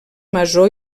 masó